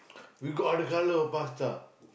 we got other colour of pasta